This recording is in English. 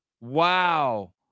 Wow